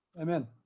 Amen